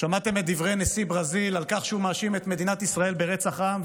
שמעתם את דברי נשיא ברזיל על כך שהוא מאשים את מדינת ישראל ברצח עם,